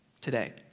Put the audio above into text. today